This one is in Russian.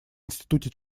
институте